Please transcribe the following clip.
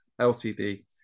ltd